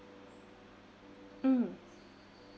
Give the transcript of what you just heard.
mm